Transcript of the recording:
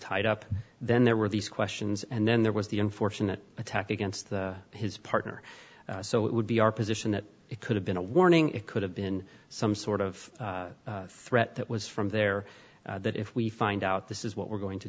tied up then there were these questions and then there was the unfortunate attack against his partner so it would be our position that it could have been a warning it could have been some sort of threat that was from there that if we find out this is what we're going to